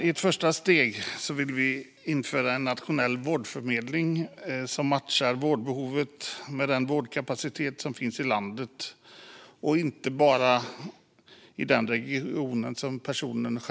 I ett första steg vill vi införa en nationell vårdförmedling som matchar vårdbehovet med den vårdkapacitet som finns i landet och inte bara i den region där personen bor.